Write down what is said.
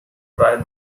try